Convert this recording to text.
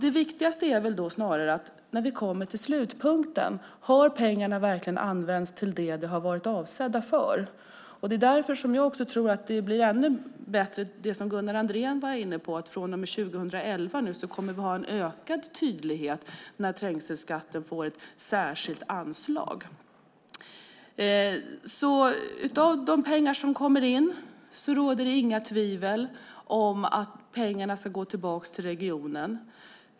Det viktigaste är då snarare att vi när vi kommer till slutpunkten frågar: Har pengarna verkligen använts till det som de har varit avsedda för? Det är därför som jag också tror att det som Gunnar Andrén var inne på blir ännu bättre, nämligen att vi från och med 2011 kommer att ha en ökad tydlighet när trängselskatten får ett särskilt anslag. Det råder inga tvivel om att de pengar som kommer in ska gå tillbaka till regionen.